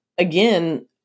Again